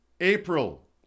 April